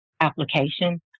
application